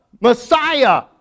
Messiah